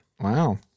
Wow